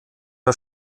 der